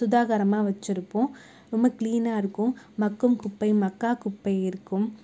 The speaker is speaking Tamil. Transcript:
சுகாதாகரமா வச்சுருப்போம் ரொம்ப கிளீனாக இருக்கும் மக்கும் குப்பை மக்கா குப்பை இருக்கும்